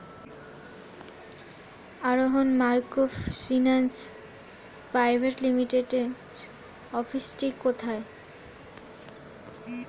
আরোহন microfinance private লিমিটেডের অফিসটি কোথায়?